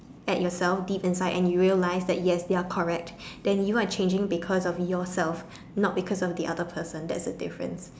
at yourself deep inside and you realize that yes you're correct then you are changing because of yourself not because of the other person that's the difference